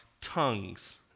tongues